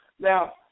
Now